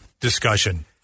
discussion